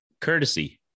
courtesy